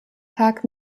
tag